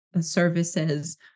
services